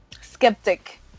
Skeptic